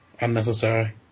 unnecessary